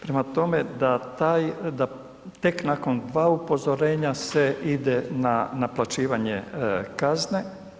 Prema tome, da taj, da tek nakon dva upozorenja se ide na naplaćivanje kazne.